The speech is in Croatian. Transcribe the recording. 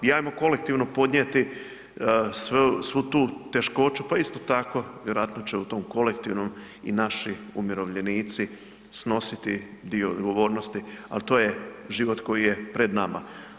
I hajmo kolektivno podnijeti svu tu teškoću, pa isto tako, vjerojatno će u tom kolektivnom i naši umirovljenici snositi dio odgovornosti, ali to je život koji je pred nama.